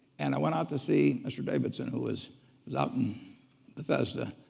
and i went out to see mr. davidson who was was out in bethesda.